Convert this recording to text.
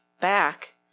back